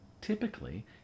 typically